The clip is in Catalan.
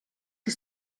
que